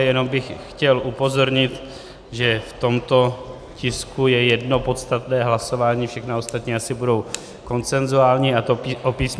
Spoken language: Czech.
Jenom bych chtěl upozornit, že v tomto tisku je jedno podstatné hlasování, všechna ostatní asi budou konsenzuální, a to o písm.